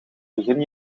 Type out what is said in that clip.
begin